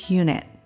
unit